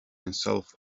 himself